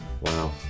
Wow